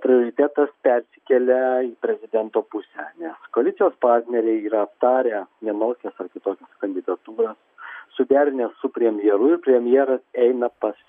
prioritetas persikelia į prezidento pusę ne koalicijos partneriai yra aptarę vienokias ar kitokias kandidatūras suderinę su premjeru ir premjeras eina pas